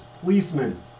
policemen